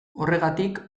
horregatik